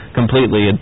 completely